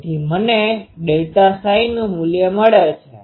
તેથી મને ΔΨનુ મુલ્ય મળે છે